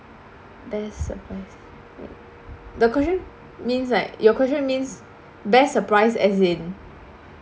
that's a um the question means like your question means best surprise as in